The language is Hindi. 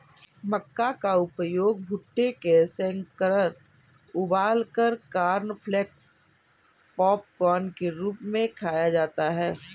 मक्का का उपयोग भुट्टे सेंककर उबालकर कॉर्नफलेक्स पॉपकार्न के रूप में खाया जाता है